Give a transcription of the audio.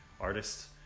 artists